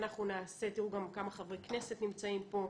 תראו גם כמה חברי כנסת נמצאים פה,